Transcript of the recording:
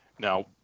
Now